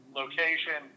location